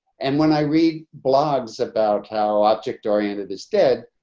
and when i read blogs about how object oriented is dead,